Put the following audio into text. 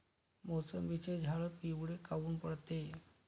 मोसंबीचे झाडं पिवळे काऊन पडते?